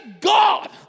God